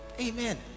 Amen